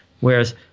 whereas